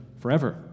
forever